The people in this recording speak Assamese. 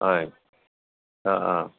হয় অঁ অঁ